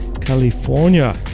California